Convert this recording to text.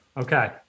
Okay